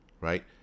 Right